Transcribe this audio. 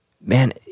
man